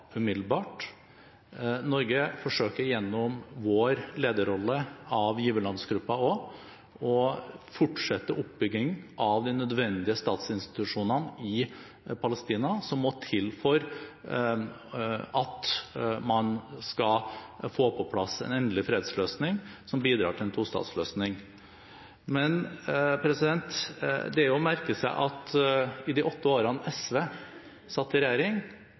umiddelbart. Norge forsøker også gjennom sin lederrolle i giverlandsgruppen å fortsette oppbyggingen av de nødvendige statsinstitusjonene i Palestina som må til for at man skal få på plass en endelig fredsløsning som bidrar til en tostatsløsning. Men det er verdt å merke seg at i de åtte årene SV satt i regjering,